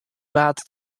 waard